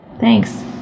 Thanks